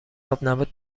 آبنبات